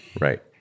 Right